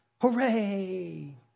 Hooray